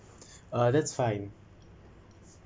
uh that's fine